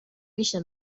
میشه